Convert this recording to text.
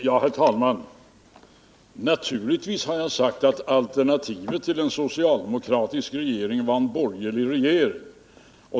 Herr talman! Naturligtvis har jag sagt att alternativet till en socialdemokratisk regering var en borgerlig regering.